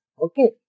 Okay